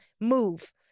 move